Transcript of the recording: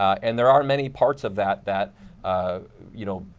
and there are many parts of that that you know,